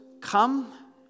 come